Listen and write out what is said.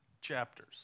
chapters